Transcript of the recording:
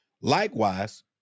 Likewise